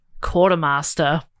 quartermaster